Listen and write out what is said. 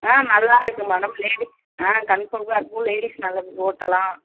ஆ நல்லா இருக்கும் madam ladies ஆ கம்ஃபர்டபுள்லா இருக்கும் லேடிஸ் நல்லா ஓட்டலாம்